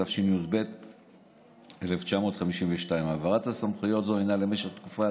התשי"ב 1952. העברת סמכויות זו היא למשך תקופת